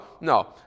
no